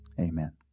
Amen